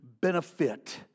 benefit